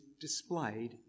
displayed